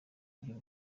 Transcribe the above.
ry’u